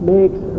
makes